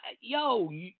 Yo